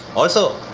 also,